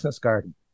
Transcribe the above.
Garden